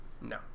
No